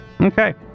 Okay